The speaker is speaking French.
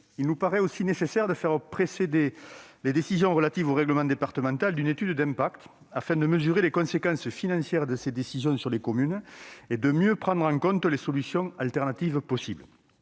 Il nous paraît aussi nécessaire de faire précéder les décisions relatives au règlement départemental d'une étude d'impact, afin de mesurer les conséquences financières de ces décisions sur les communes et de mieux prendre en compte les autres solutions possibles.